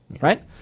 right